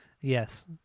Yes